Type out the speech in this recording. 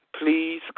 please